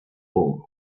form